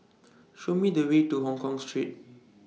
Show Me The Way to Hongkong Street